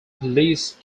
police